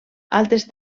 altres